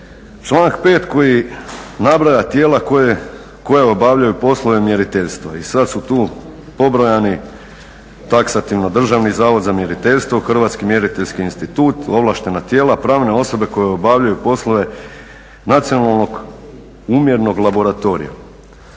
Članak 5.koji nabraja tijela koje obavljaju poslove mjeriteljstva i sada su tu pobrojani taksativno Državni zavod za mjeriteljstvo, Hrvatski mjeriteljski institut, ovlaštena tijela, pravne osobe koje obavljaju poslove nacionalnog umjerenog laboratorija.